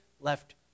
left